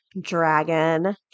dragon